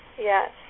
yes